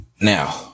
Now